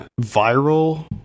Viral